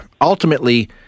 ultimately